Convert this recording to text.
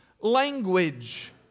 language